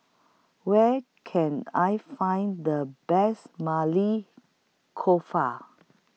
Where Can I Find The Best Maili Kofta